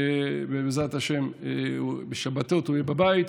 ובעזרת השם בשבתות הוא יהיה בבית.